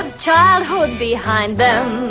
child who is behind them?